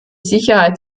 sicherheit